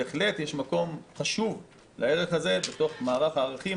בהחלט, יש מקום חשוב לערך הזה בתוך מערך הערכים.